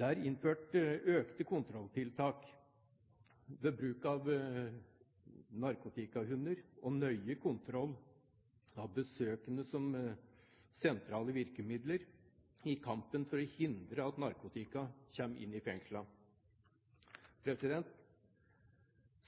Det er innført økte kontrolltiltak – med bruk av narkotikahunder og nøye kontroll av besøkende som sentrale virkemidler i kampen for å hindre at narkotika kommer inn i fengslene.